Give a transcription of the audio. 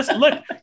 look